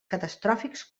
catastròfics